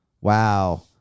Wow